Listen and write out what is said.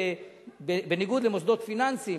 בניגוד למוסדות פיננסיים,